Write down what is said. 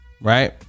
right